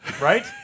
Right